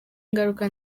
ingaruka